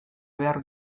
behar